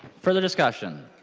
further discussion?